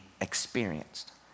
experienced